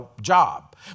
job